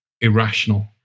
irrational